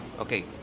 Okay